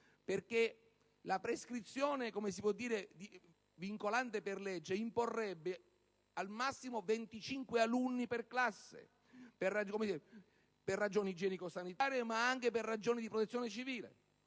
perché la prescrizione vincolante per legge imporrebbe di avere al massimo 25 alunni per classe per ragioni igienico-sanitarie, ma anche per ragioni di protezione civile.